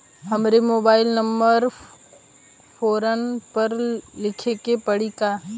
हमरो mobile number forum पर लिखे के पड़ी का?